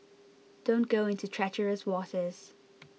don't go into treacherous waters